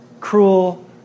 cruel